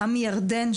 גם מירדן,